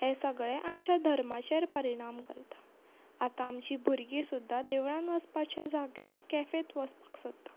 हें सगळें आमच्या धर्माचेर परिणाम करता आतां आमचीं भुरगीं सुद्दां देवळान वसपाच्या जाग्यार कॅफेत वसपाक सोदता